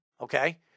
Okay